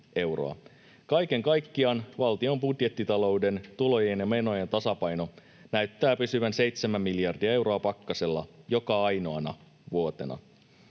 Kaiken kaikkiaan valtion budjettitalouden tulojen ja menojen tasapaino näyttää pysyvän seitsemän miljardia euroa pakkasella joka ainoana vuotena.